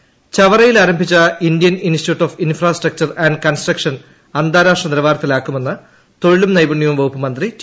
P Ramakrishnan ചവറയിൽ ആരംഭിച്ച Indian institute of infrastructure and construction അന്താരാഷ്ട്രാ നിലവാരത്തിലാക്കുമെന്ന് തൊഴിലും നൈപുണ്യവും വകുപ്പു മന്ത്രി ടി